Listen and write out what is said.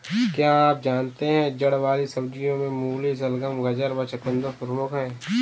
क्या आप जानते है जड़ वाली सब्जियों में मूली, शलगम, गाजर व चकुंदर प्रमुख है?